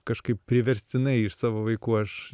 kažkaip priverstinai iš savo vaikų aš